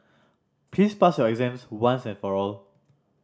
please pass your exams once and for all